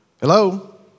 Hello